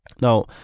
now